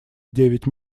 девять